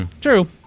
True